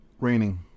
Raining